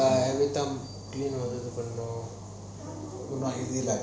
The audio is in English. ya everytime cleaner வந்த பிறகும்:vantha piragum